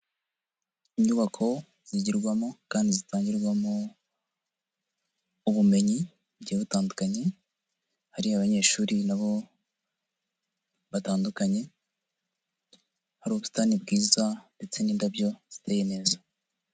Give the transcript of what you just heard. Inyubako zigirwamo kandi zitangirwamo ubumenyi bugiye butandukanye, hari abanyeshuri n'abo batandukanye hari ubusitani bwiza ndetse n'indabyo ziteye neza.